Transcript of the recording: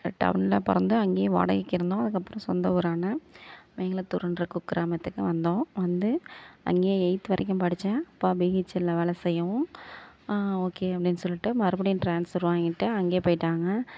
டவுனில் பிறந்தேன் அங்கேயே வாடகைக்கு இருந்தோம் அதுக்கப்புறோம் சொந்த ஊரான வைங்களத்தூருன்ற குக் கிராமத்துக்கு வந்தோம் வந்து அங்கேயே எயித்து வரைக்கும் படிச்சேன் அப்பா பிஹெச்ல வேலை செய்யவும் ஆ ஓகே அப்படின் சொல்லிட்டு மறுபடியும் ட்ரான்ஸ்ஃபர் வாங்கிட்டு அங்கேயே போயிட்டாங்க